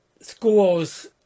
Schools